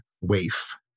waif